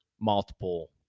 multiple